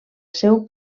seu